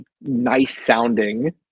nice-sounding